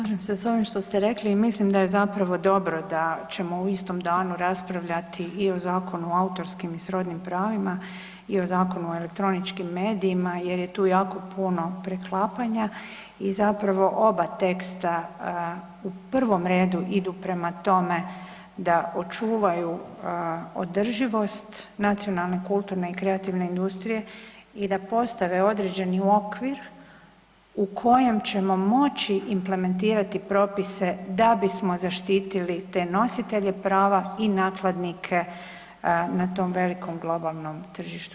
Slažem se sa ovim što ste rekli i mislim da je zapravo dobro da ćemo u istom danu raspravljati i o Zakonu o autorskim i srodnim pravima i o Zakonu o elektroničkim medijima jer je tu jako puno preklapanja i zapravo oba teksta u prvom redu idu prema tome da očuvaju održivost nacionalne, kulturne i kreativne industrije i da postave određeni okvir u kojem ćemo moći implementirati propise da bismo zaštitili te nositelje prava i nakladnike na tom velikom globalnom tržištu.